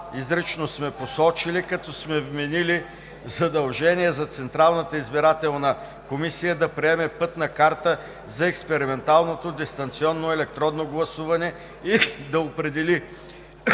Това сме посочили изрично, като сме вменили задължения за Централната избирателна комисия да приеме пътна карта за експерименталното дистанционно електронно гласуване и да определи реда